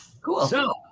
Cool